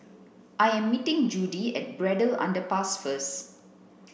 I am meeting Judy at Braddell Underpass first